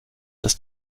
dass